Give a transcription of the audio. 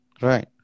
right